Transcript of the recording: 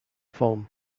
phone